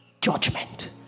judgment